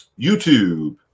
youtube